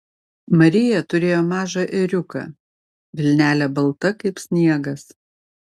marija turėjo mažą ėriuką vilnelė balta kaip sniegas